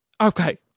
Okay